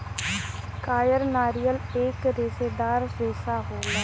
कायर नारियल एक रेसेदार रेसा होला